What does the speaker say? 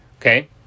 okay